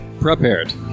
prepared